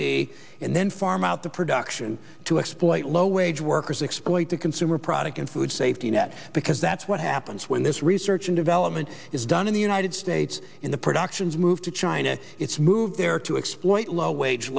d and then farm out the production to exploit low wage workers exploit the consumer product and food safety net because that's what happens when this research and development is done in the united states in the productions moved to china it's moved there to exploit low wage